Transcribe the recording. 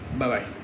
Bye-bye